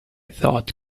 thought